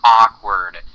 awkward